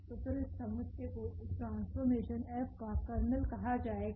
तो फिर इस समुच्चय को इस ट्रांसफॉर्मेशन F का कर्नेल कहा जाएगा